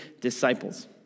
disciples